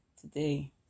today